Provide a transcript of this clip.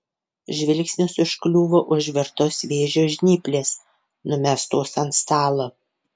žvilgsnis užkliuvo už virtos vėžio žnyplės numestos ant stalo